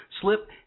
slip